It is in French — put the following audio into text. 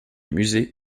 musée